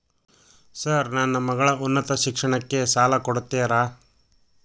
Sir ನನ್ನ ಮಗಳ ಉನ್ನತ ಶಿಕ್ಷಣಕ್ಕೆ ಸಾಲ ಕೊಡುತ್ತೇರಾ?